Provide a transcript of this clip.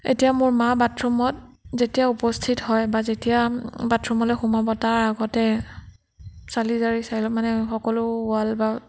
এতিয়া মোৰ মা বাথৰুমত যেতিয়া উপস্থিত হয় বা যেতিয়া বাথৰুমলৈ সোমাব তাৰ আগতে চালি জাৰি চাই লয় মানে সকলো ৱাল বা